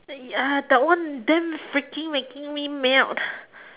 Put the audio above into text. ya that one damn freaking making me melt